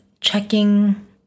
checking